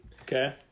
okay